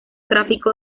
tráfico